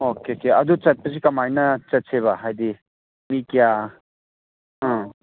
okay ꯀꯦ ꯑꯗꯨ ꯆꯠꯄꯁꯤ ꯀꯃꯥꯏꯅ ꯆꯠꯁꯦꯕ ꯍꯥꯏꯗꯤ ꯃꯤ ꯀꯌꯥ ꯑꯥ